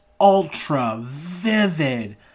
ultra-vivid